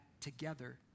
together